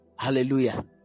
Hallelujah